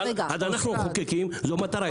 אז אנחנו המחוקקים, זו מטרה.